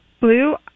Blue